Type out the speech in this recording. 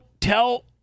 tell